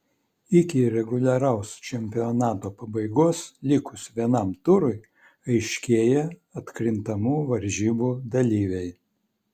iki reguliaraus čempionato pabaigos likus vienam turui aiškėja atkrintamų varžybų dalyviai